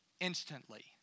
instantly